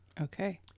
okay